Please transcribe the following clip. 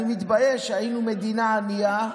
אני מתבייש שכשהיינו מדינה ענייה,